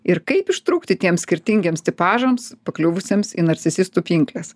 ir kaip ištrūkti tiems skirtingiems tipažams pakliuvusiems į narcisistų pinkles